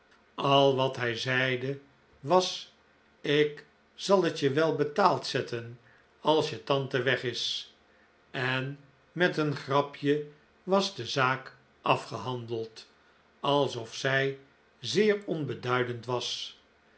al wat hij zeide was ik zal het je wel betaald zetten als je tante weg is en met een grapje was de zaak afgehandeld alsof zij zeer onbeduidend was